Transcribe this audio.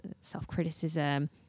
self-criticism